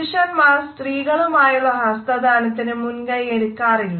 പുരുഷന്മാർ സ്ത്രീകളുമായുള്ള ഹസ്തദാനത്തിന് മുൻകൈ എടുക്കാറില്ല